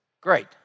Great